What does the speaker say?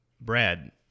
Brad